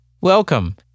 welcome